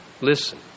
Listen